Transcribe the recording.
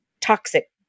toxic